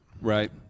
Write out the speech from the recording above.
Right